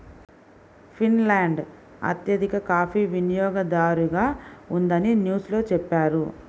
Finland అత్యధిక coffee వినియోగదారుగా ఉందని న్యూస్ లో చెప్పారు